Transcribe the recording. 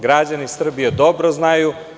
Građani Srbije dobro znaju.